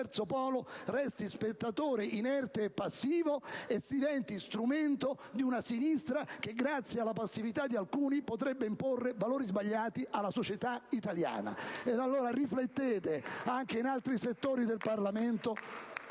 polo, restasse spettatore inerte e passivo e diventasse strumento di una sinistra che, grazie alla passività di alcuni, potrebbe imporre valori sbagliati alla società italiana. *(Applausi dal Gruppo PdL).* Riflettete, anche in altri settori del Parlamento,